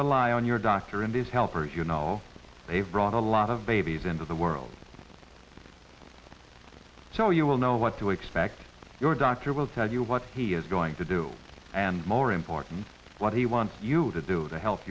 rely on your doctor and his helper you know they've brought a lot of babies into the world so you will know what to expect your doctor will tell you what he is going to do and more important what he wants you to do to help